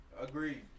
Agreed